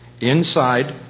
inside